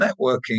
networking